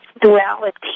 duality